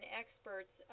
experts